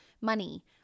money